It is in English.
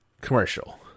Commercial